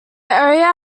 area